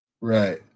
Right